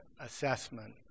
assessment